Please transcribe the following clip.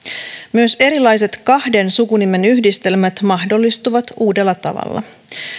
myös erilaiset kahden sukunimen yhdistelmät mahdollistuvat uudella tavalla